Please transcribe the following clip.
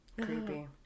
Creepy